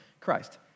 Christ